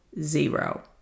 zero